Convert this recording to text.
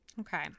Okay